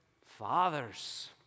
fathers